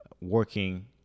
working